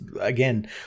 again